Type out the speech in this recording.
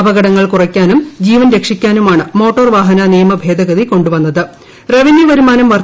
അപകടങ്ങൾ കുറയ്ക്കാനും ജീവൻ രക്ഷിക്കാനുമാണ് മോട്ടോർവാഹന നിയമഭേദഗതി റവന്യൂവരുമാനം കൊണ്ടുവന്നത്